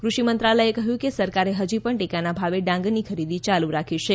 કૃષિ મંત્રાલયે કહ્યું કે સરકારે હજી પણ ટેકાના ભાવે ડાંગરની ખરીદી યાલુ રાખી છે